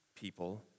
people